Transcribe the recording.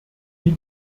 wie